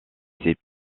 ses